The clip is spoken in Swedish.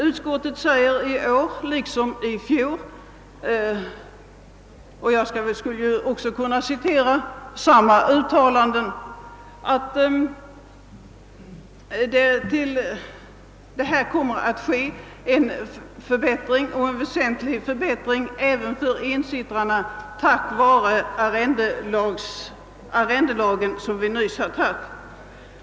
Utskottet säger i år liksom i fjol att det kommer att ske en väsentlig förbättring även för ensittarna tack vare arrendelagen som vi nu har beslutat.